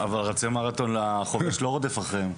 אבל רצי מרתון, החובש לא רודף אחריהם,